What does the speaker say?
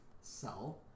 sell